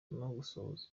gusohoza